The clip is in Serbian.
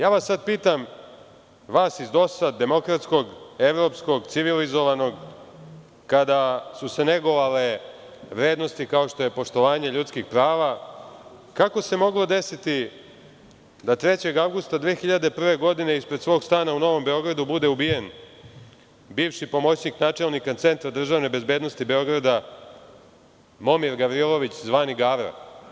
Ja vas pitam, vas iz DOS demokratskog, evropskog, civilizovanog, kada su se negovale vrednosti kao što je poštovanje ljudskih prava, kako se moglo desiti da 3. avgusta 2001. godine ispred svog stana na Novom Beogradu bude ubijen bivši moćnik načelnika Centra državne bezbednosti Beograda Momir Gavrilović zvani Gavra?